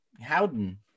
Howden